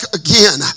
again